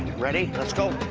ready? let's go.